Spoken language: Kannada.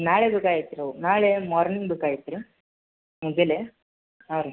ನಾಳೆ ಬೇಕಾಗಿತ್ತು ರೀ ಅವು ನಾಳೆ ಮಾರ್ನಿಂಗ್ ಬೇಕಾಗಿತ್ತು ರೀ ಮುಂಜಾನೆ ಹಾಂ ರೀ